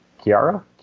Kiara